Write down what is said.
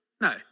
No